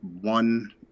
one